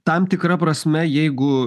tam tikra prasme jeigu